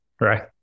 right